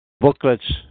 booklets